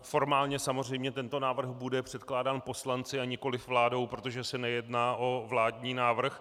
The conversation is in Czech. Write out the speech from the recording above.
Formálně samozřejmě bude tento návrh předkládán poslanci a nikoliv vládou, protože se nejedná o vládní návrh.